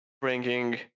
bringing